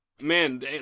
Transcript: Man